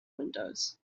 windows